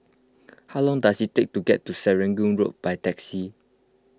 how long does it take to get to Serangoon Road by taxi